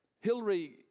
Hillary